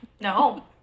no